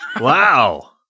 Wow